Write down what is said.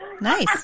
Nice